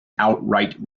outright